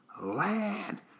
land